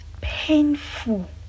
painful